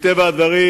מטבע הדברים